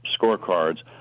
scorecards